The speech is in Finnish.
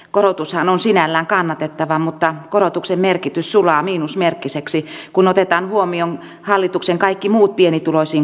korotushan on sinällään kannatettava mutta korotuksen merkitys sulaa miinusmerkkiseksi kun otetaan huomioon hallituksen kaikki muut pienituloisiin kohdistuvat säästöt